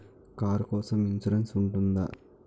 Car కోసం insurance ఉంటుందా?